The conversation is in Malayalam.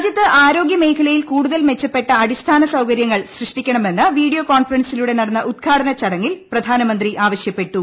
രാജ്യത്ത് ആരോഗൃമേഖലയിൽ കൂടുതൽ മെച്ചപ്പെട്ട അടി സ്ഥാന സൌകര്യങ്ങൾ സൃഷ്ടിക്കണമെന്ന് വീഡിയോ കോൺഫ റൻസിലൂടെ നടന്ന ഉദ്ഘാടന ചടങ്ങിൽ പ്രധാനമന്ത്രി ആവശ്യപ്പെട്ടു